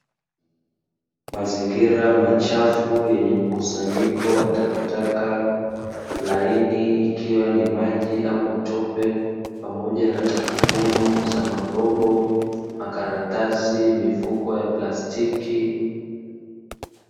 Mazingira machafu yenye mkusanyiko wa takataka laini, ikiwa ni maji au matope pamoja na taka ngumu za magogo, makaratasi na mifuko ya plastiki.